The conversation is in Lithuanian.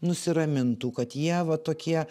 nusiramintų kad jie va tokie